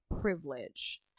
privilege